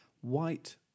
white